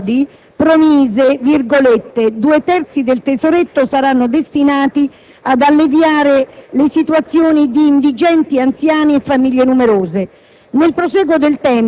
il presidente Prodi promise: "Due terzi del tesoretto saranno destinati ad alleviare le situazioni di indigenti anziani e famiglie numerose".